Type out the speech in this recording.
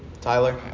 Tyler